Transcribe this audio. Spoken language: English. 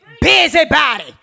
Busybody